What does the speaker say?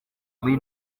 muri